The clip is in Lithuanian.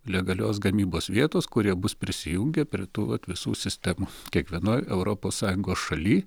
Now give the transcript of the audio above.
legalios gamybos vietos kurie bus prisijungę prie tų vat visų sistemų kiekvienoj europos sąjungos šaly